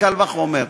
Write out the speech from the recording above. קל וחומר.